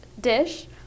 dish